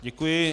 Děkuji.